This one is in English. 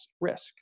risk